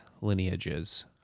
lineages